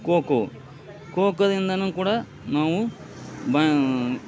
cocoa ಕೋಕೋದಿಂದನು ಕೂಡ ನಾವು ಬಾ